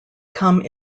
come